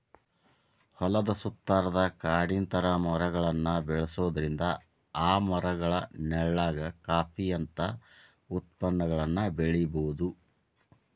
ಹೊಲದ ಸುತ್ತಾರಾದ ಕಾಡಿನ ತರ ಮರಗಳನ್ನ ಬೆಳ್ಸೋದ್ರಿಂದ ಆ ಮರಗಳ ನೆಳ್ಳಾಗ ಕಾಫಿ ಅಂತ ಉತ್ಪನ್ನಗಳನ್ನ ಬೆಳಿಬೊದು